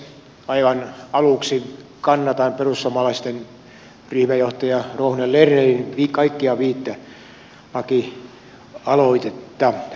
aivan aluksi kannatan perussuomalaisten ryhmänjohtaja ruohonen lernerin kaikkia viittä lakialoitetta tähän lisätalousarvioon